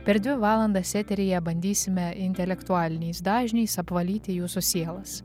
per dvi valandas eteryje bandysime intelektualiniais dažniais apvalyti jūsų sielas